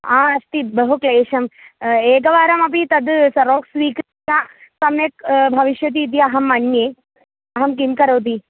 हा अस्ति बहुक्लेशम् एकवारमपि तद् ज़ेराक्स् स्वीकृत्य सम्यक् भविष्यति इति अहम् मन्ये अहं किं करोति